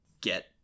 get